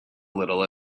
little